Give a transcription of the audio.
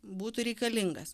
būtų reikalingas